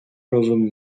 розум